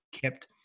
kept